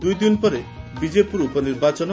ଦୁଇ ଦିନ ପରେ ବିଜେପୁର ଉପନିର୍ବାଚନ